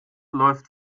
läuft